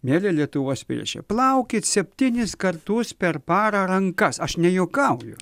mieli lietuvos piliečiai plaukit septynis kartus per parą rankas aš nejuokauju